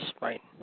right